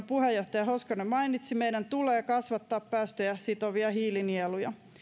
puheenjohtaja hoskonen mainitsi meidän tulee kasvattaa päästöjä sitovia hiilinieluja